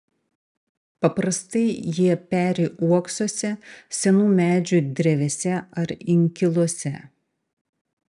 paprastai jie peri uoksuose senų medžių drevėse ar inkiluose